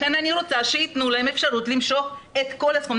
לכן אני רוצה שייתנו להם אפשרות למשוך את כל הסכום.